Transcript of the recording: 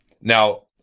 now